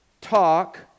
talk